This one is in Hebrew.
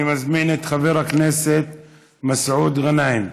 אני מזמין את חבר הכנסת מסעוד גנאים,